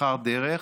בחר דרך,